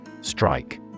Strike